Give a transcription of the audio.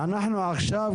כן.